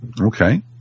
Okay